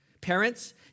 Parents